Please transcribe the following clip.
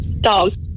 Dogs